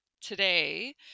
today